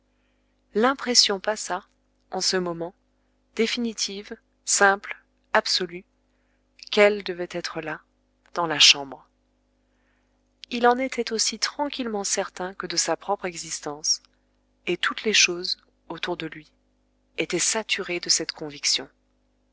l'impression passa en ce moment définitive simple absolue qu'elle devait être là dans la chambre il en était aussi tranquillement certain que de sa propre existence et toutes les choses autour de lui étaient saturées de cette conviction